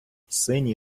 синій